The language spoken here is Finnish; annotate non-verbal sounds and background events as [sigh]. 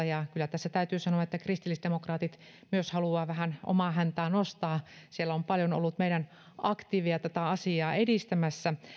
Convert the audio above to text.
[unintelligible] ja kyllä tässä täytyy sanoa että kristillisdemokraatit myös haluavat vähän omaa häntäänsä nostaa siellä on ollut paljon meidän aktiiveja tätä asiaa edistämässä